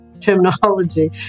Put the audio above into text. terminology